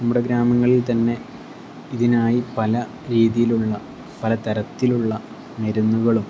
നമ്മുടെ ഗ്രാമങ്ങളിൽ തന്നെ ഇതിനായി പല രീതിയിലുള്ള പല തരത്തിലുള്ള മരുന്നുകളും